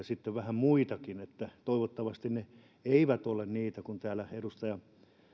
sitten vähän muitakin esimerkkejä toivottavasti ne eivät ole niitä kun täällä edustaja